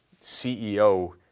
CEO